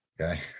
Okay